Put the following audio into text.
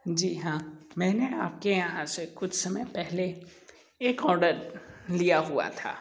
जी हाँ मैंने आप के यहाँ से कुछ समय पहले एक ऑर्डर लिया हुआ था